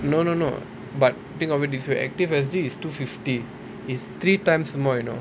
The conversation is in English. no no no but think of it this way activeSG is two fifty it's three times more you know